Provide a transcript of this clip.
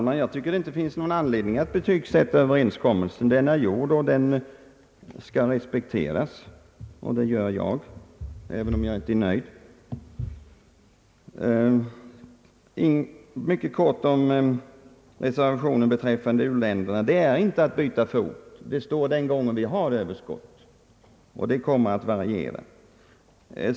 Herr talman! Det finns inte någon anledning att betygsätta överenskommelsen — den är gjord och skall respekteras, och det gör jag även om jag inte är nöjd. Jag skall fatta mig mycket kort om reservationen beträffande ökade leveranser till u-länderna. På den punkten innebär vår inställning inte att byta fot, ty åtagandet om livsmedelshjälp till uländerna gäller den gången vi har överskott, och vår situation i det avseendet kommer att variera.